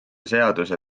seaduse